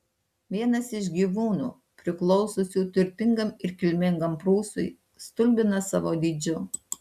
vienas iš gyvūnų priklausiusių turtingam ir kilmingam prūsui stulbina savo dydžiu